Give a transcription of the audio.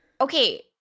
okay